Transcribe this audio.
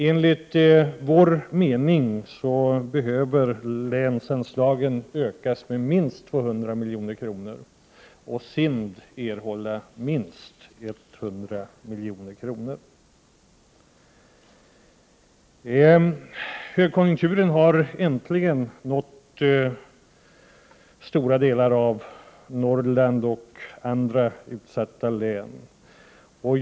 Enligt vår mening behöver länsanslagen ökas med minst 200 milj.kr. och SIND erhålla minst 100 miljoner. Högkonjunkturen har äntligen nått stora delar av Norrland och andra utsatta län.